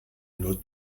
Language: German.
nur